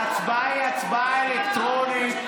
ההצבעה היא הצבעה אלקטרונית.